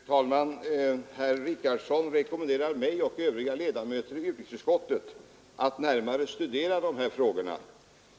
Fru talman! Herr Richardson rekommenderar mig och övriga ledamöter i utrikesutskottet att närmare studera dessa frågor.